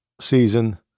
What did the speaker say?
season